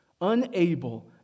unable